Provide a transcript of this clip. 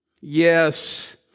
Yes